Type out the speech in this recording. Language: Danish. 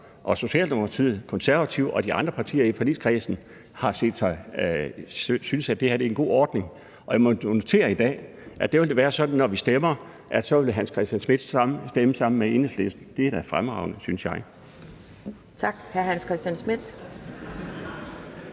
Socialdemokratiet, Konservative og de andre partier i forligskredsen synes, at det her er en god ordning. Jeg må notere i dag, at det vil være sådan, når vi stemmer, at hr. Hans Christian Schmidt vil stemme sammen med Enhedslisten. Det synes jeg da er fremragende.